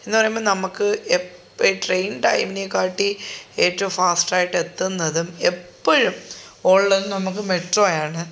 എന്ന് പറയുമ്പോൾ നമ്മൾക്ക് എപ്പം ട്രെയിൻ ടൈമിനെ കാട്ടിയും ഏറ്റവും ഫാസ്റ്റ് ആയിട്ട് എത്തുന്നതും എപ്പോഴും ഓൾ നമ്മൾക്ക് മെട്രോ ആണ്